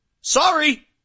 Sorry